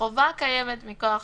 החובה קיימת מחוק העזר.